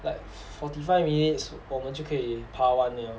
like forty five minutes 我们就可以跑完 liao